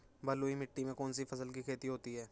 बलुई मिट्टी में कौनसी फसल की खेती होती है?